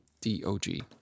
D-O-G